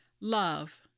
love